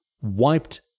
wiped